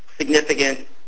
Significant